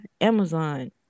Amazon